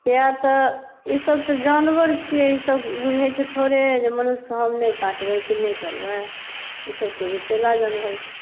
किया तऽ ई सब तऽ जानवर छियै ई सब बुझै छै थोड़े जे मनुष्यके हम नहि काटबै कि नहि करबै ई सब तऽ विषैला जानवर छियै